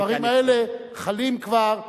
הדברים האלה כבר חלים.